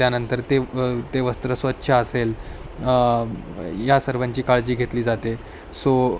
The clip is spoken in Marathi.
त्यानंतर ते ते वस्त्र स्वच्छ असेल या सर्वांची काळजी घेतली जाते सो